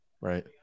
right